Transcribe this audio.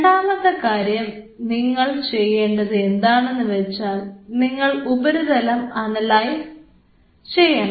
രണ്ടാമത്തെ കാര്യം നിങ്ങൾ ചെയ്യേണ്ടത് എന്താണെന്ന് വെച്ചാൽ നിങ്ങൾ ഉപരിതലം അനലൈസ് ചെയ്യണം